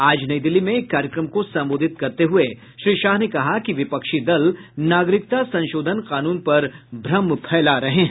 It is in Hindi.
आज नई दिल्ली में एक कार्यक्रम को संबोधित करते हुए श्री शाह ने कहा कि विपक्षी दल नागरिकता संशोधन कानून पर भ्रम फैला रहे हैं